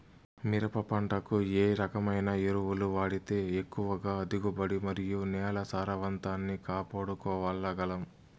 మిరప పంట కు ఏ రకమైన ఎరువులు వాడితే ఎక్కువగా దిగుబడి మరియు నేల సారవంతాన్ని కాపాడుకోవాల్ల గలం?